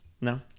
No